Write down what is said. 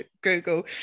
google